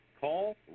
call